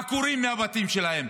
עקורים מהבתים שלהם.